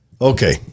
Okay